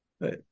right